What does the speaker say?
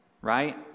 Right